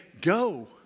go